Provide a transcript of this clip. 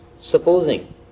supposing